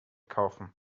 kaufen